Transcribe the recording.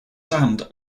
sand